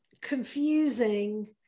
confusing